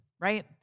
right